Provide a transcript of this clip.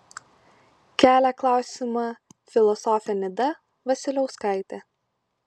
kelia klausimą filosofė nida vasiliauskaitė